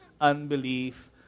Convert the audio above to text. unbelief